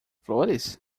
flores